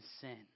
sin